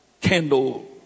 candle